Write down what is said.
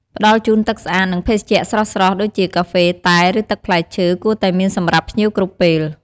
ផ្ដល់ជូនទឹកស្អាត និងភេសជ្ជៈស្រស់ៗ ដូចជា កាហ្វេ តែ ឬទឹកផ្លែឈើ គួរតែមានសម្រាប់ភ្ញៀវគ្រប់ពេល។